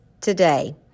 today